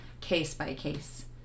case-by-case